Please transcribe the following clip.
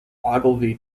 ogilvy